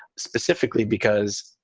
specifically because,